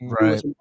Right